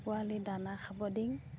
পোৱালি দানা খাব দিং